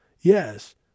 yes